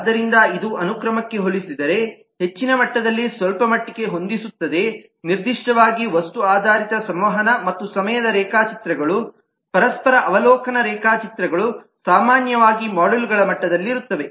ಆದ್ದರಿಂದ ಇದು ಅನುಕ್ರಮಕ್ಕೆ ಹೋಲಿಸಿದರೆ ಹೆಚ್ಚಿನ ಮಟ್ಟದಲ್ಲಿ ಸ್ವಲ್ಪಮಟ್ಟಿಗೆ ಹೊಂದಿಸುತ್ತದೆ ನಿರ್ದಿಷ್ಟವಾಗಿ ವಸ್ತು ಆಧಾರಿತವಾದ ಸಂವಹನ ಮತ್ತು ಸಮಯದ ರೇಖಾ ಚಿತ್ರಗಳು ಪರಸ್ಪರ ಅವಲೋಕನ ರೇಖಾಚಿತ್ರಗಳು ಸಾಮಾನ್ಯವಾಗಿ ಮಾಡ್ಯೂಲ್ಗಳ ಮಟ್ಟದಲ್ಲಿರುತ್ತವೆ